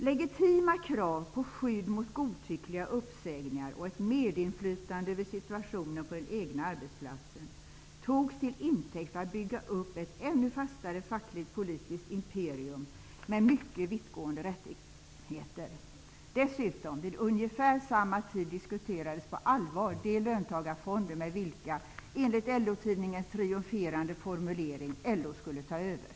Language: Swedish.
Legitima krav på skydd mot godtyckliga uppsägningar och ett medinflytande över situationen på den egna arbetsplatsen togs till intäkt för att bygga upp ett ännu fastare fackligtpolitiskt imperium med mycket vittgående rättigheter. Dessutom: vid ungefär samma tid diskuterades på allvar de löntagarfonder med vilka, enligt LO tidningens triumferande formulering, LO skulle ta över.